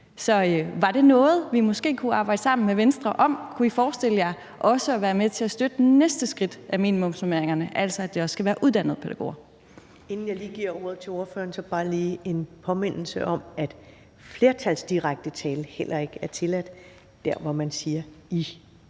Så var det noget, vi måske kunne arbejde sammen med Venstre om? Kunne I forestille jer også at være med til at støtte næste skridt af minimumsnormeringerne, altså at det også skal være uddannede pædagoger? Kl. 10:43 Første næstformand (Karen Ellemann): Inden jeg lige giver ordet til ordføreren, vil jeg bare lige komme med en påmindelse om, at direkte tiltale i flertal heller ikke er tilladt. Det er, når man siger